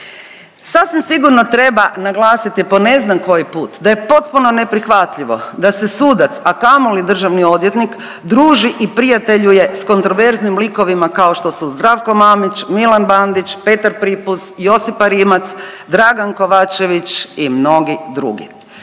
Sasvim sigurno treba naglasiti po ne znam koji put da je potpuno neprihvatljivo da se sudac, a kamoli državni odvjetnik druži i prijateljuje s kontroverznim likovima kao što su Zdravko Mamić, Milan Bandić, Petar Pripuz, Josipa Rimac, Dragan Kovačević i mnogi drugi.